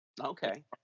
Okay